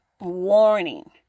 warning